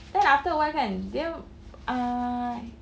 then after a while kan dia err